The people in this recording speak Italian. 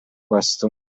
questo